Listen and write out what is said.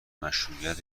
مشروعیت